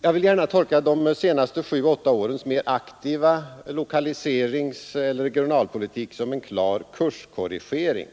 Jag vill gärna tolka de senaste sju åtta årens mer aktiva lokaliseringseller regionalpolitik som en klar kurskorrigering.